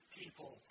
people